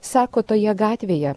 sako toje gatvėje